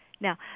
Now